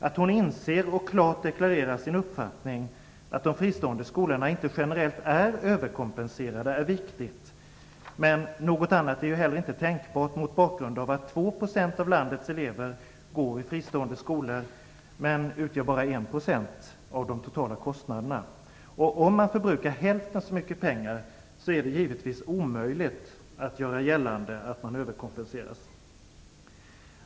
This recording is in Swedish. Att hon inser och klart deklarerar sin uppfattning att de fristående skolorna inte generellt är överkompenserade är viktigt. Något annat är heller inte tänkbart mot bakgrund av att 2 % av landets elever går i fristående skolor och bara utgör 1 % av de totala kostnaderna. Om de förbrukar hälften så mycket pengar är det givetvis omöjligt att göra gällande att de överkompenseras.